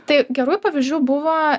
tai gerųjų pavyzdžių buvo